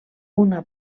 una